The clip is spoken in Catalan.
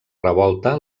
revolta